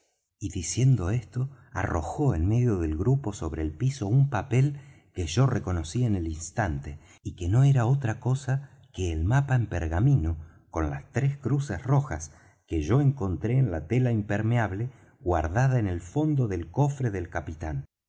y diciendo esto arrojó en medio del grupo sobre el piso un papel que yo reconocí en el instante y que no era otra cosa que el mapa en pergamino con las tres cruces rojas que yo encontré en la tela impermeable guardada en el fondo del cofre del capitán